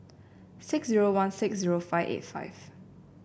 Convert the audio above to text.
six zero one six zero five eight five